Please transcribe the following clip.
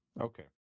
Okay